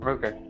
Okay